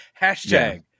Hashtag